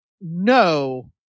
No